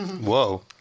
Whoa